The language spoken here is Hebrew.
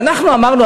ואנחנו אמרנו,